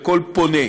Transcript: לכל פונה.